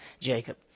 Jacob